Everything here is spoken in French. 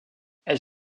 elle